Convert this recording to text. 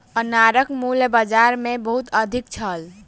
अनारक मूल्य बाजार मे बहुत अधिक छल